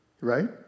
right